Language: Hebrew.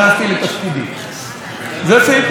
זה סעיף 1. סעיף 2,